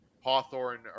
Hawthorne